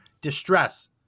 distress